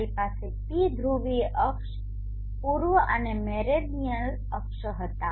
તમારી પાસે પી ધ્રુવીય અક્ષ પૂર્વ અને મેરેદીયનલ અક્ષો હતા